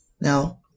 Now